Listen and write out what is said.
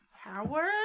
Howard